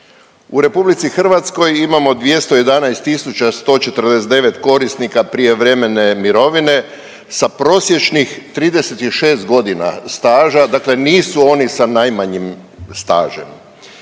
U RH imamo 211.149 korisnika prijevremene mirovine sa prosječnih 36.g. staža, dakle nisu oni sa najmanjim stažem.